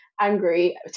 angry